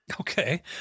Okay